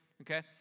okay